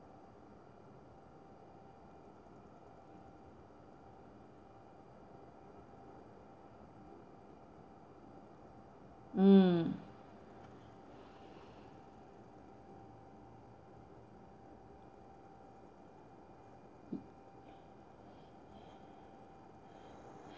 mm